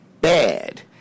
bad